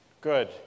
Good